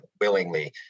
willingly